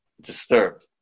disturbed